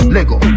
Lego